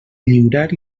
lliurar